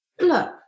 look